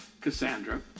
Cassandra